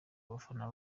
abafana